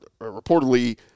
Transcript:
reportedly